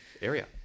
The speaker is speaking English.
area